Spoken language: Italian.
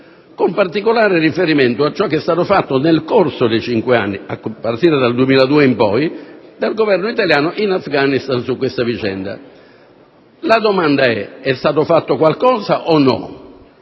con particolare riferimento a ciò che è stato fatto nel corso di cinque anni, dal 2002 in poi, dal Governo italiano in Afghanistan su questa vicenda. La domanda è se è stato fatto qualcosa o no,